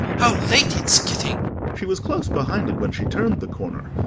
how late it's getting she was close behind it when she turned the corner,